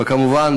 וכמובן,